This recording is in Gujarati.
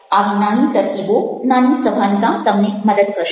આવી નાની તરકીબો નાની સભાનતા તમને મદદ કરશે